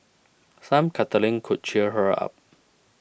some cuddling could cheer her up